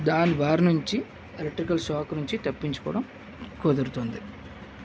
దాని భారి నుండి ఎలక్ట్రికల్ షాక్ నుంచి తప్పించుకోవడం కుదురుతుంది